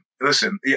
listen